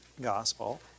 gospel